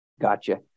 Gotcha